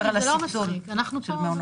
יש לנו ארגז כלים מגוון שאנחנו מגוונים